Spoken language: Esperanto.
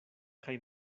kaj